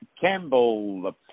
Campbell